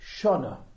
Shona